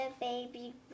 baby